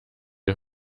ihr